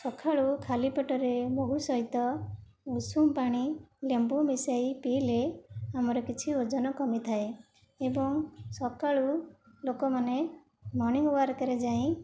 ସକାଳୁ ଖାଲି ପେଟରେ ମହୁ ସହିତ ଉଷୁମପାଣି ଲେମ୍ବୁ ମିଶାଇ ପିଇଲେ ଆମର କିଛି ଓଜନ କମିଥାଏ ଏବଂ ସକାଳୁ ଲୋକମାନେ ମର୍ଣ୍ଣିଙ୍ଗ ୱାକରେ ଯାଇ